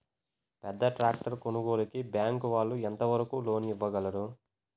పెద్ద ట్రాక్టర్ కొనుగోలుకి బ్యాంకు వాళ్ళు ఎంత వరకు లోన్ ఇవ్వగలరు?